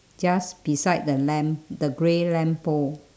just beside the lamp the grey lamppost